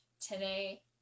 today